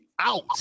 Out